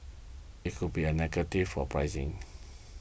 it could be a negative for pricing